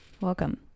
Welcome